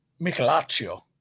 michelaccio